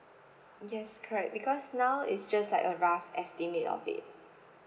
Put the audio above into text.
yes correct because now it's just like a rough estimate of it